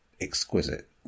exquisite